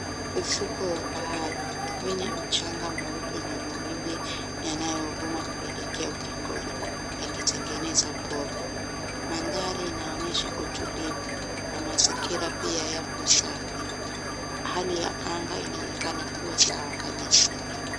Ufuko wa bahari wenye mchanga mweupe na mawimbi yanayo vuma kuelekea ukingoni. Yakitengeneza poo. Mandhari yanaonyesha utulivu na mazingira pia Yako safi .Hali ya anga inaonekana ikiwa sawa kabisa.